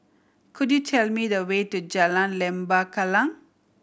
could you tell me the way to Jalan Lembah Kallang